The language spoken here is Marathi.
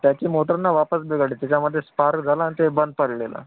त्याची मोटर न वापस बिघडली त्याच्यामध्ये स्पार्क झाला आणि ते बंद पडलेलं